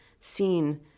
seen